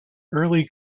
early